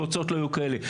התוצאות לא היו כאלה.